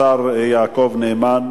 השר יעקב נאמן,